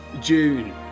June